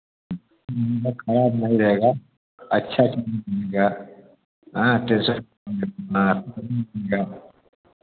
इतना खराब नहीं रहेगा अच्छा रहेगा हाँ टेंसन न हाँ